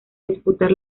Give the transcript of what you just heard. disputar